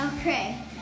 okay